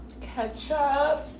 ketchup